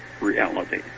reality